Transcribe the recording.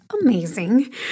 Amazing